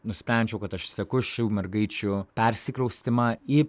nusprendžiau kad aš seku šių mergaičių persikraustymą į